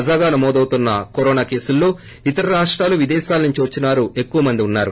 తాజాగా నమోదవుతున్న కరోనా కేసుల్లో ఇతర రాష్టాలు విదేశాల నుంచి వచ్చిన వారు ఎక్కువమంది ఉన్నారు